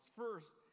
first